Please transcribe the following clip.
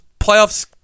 playoffs